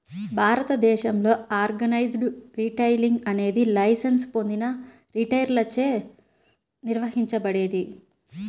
భారతదేశంలో organised retailing అనేది licence పొందిన రిటైలర్లచే నిర్వహించబడేది